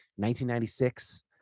1996